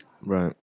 Right